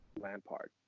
Lampard